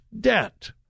debt